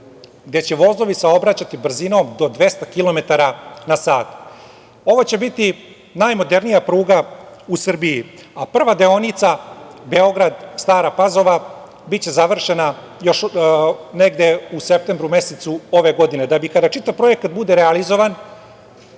gde će vozovi saobraćati brzinom do 200 kilometara na sat. Ovo će biti najmodernija pruga u Srbiji, a prva deonica, Beograd-Stara Pazova biće završena već negde u septembru mesecu ove godine, da bi kada čitav projekat bude realizovan,